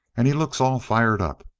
and he looks all fired up.